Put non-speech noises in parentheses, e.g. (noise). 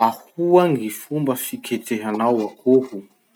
Ahoa gny fomba fiketrehanao (noise) akoho?